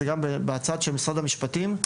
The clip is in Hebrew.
זה גם בצד של משרד המשפטים.